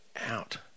out